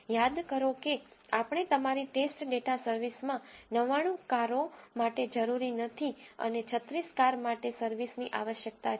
યાદ કરો કે આપણે તમારી ટેસ્ટ ડેટા સર્વિસમાં 99 કારો માટે જરૂરી નથી અને 36 કાર માટે સર્વિસની આવશ્યકતા છે